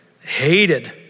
hated